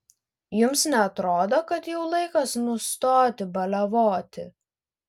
jums neatrodo kad jau laikas nustoti baliavoti